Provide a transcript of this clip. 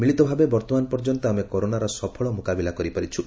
ମିଳିତ ଭାବେ ବର୍ଉମାନ ପର୍ଯ୍ୟନ୍ତ ଆମେ କରୋନାର ସଫଳ ମୁକାବିଲା କରିପାରିଛୁ